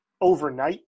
overnight